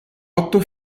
otto